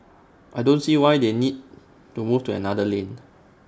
I don't see why they need to move to another lane